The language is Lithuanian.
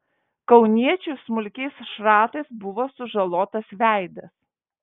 kauniečiui smulkiais šratais buvo sužalotas veidas